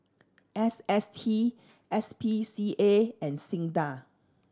S S T S P C A and SINDA